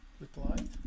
replied